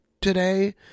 today